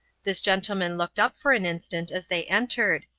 this gentleman looked up for an instant as they entered,